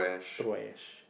trash